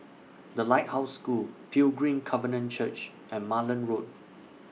The Lighthouse School Pilgrim Covenant Church and Malan Road